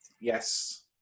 yes